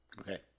Okay